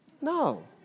No